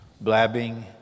blabbing